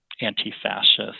anti-fascist